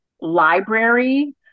library